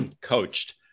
coached